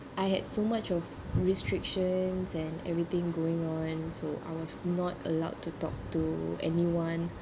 I had so much of restrictions and everything going on so I was not allowed to talk to anyone